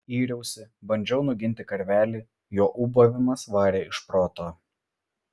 yriausi bandžiau nuginti karvelį jo ūbavimas varė iš proto